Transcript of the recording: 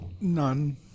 None